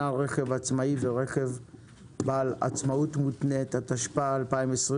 (רכב עצמאי ורכב בעל עצמאות מותנית), התשפ"א-2021.